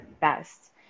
best